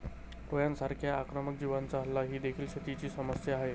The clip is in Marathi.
टोळांसारख्या आक्रमक जीवांचा हल्ला ही देखील शेतीची समस्या आहे